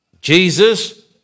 Jesus